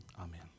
amen